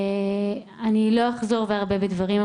אני לא אחזור וארבה בדברים.